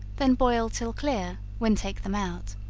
then boil till clear when take them out,